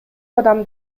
адам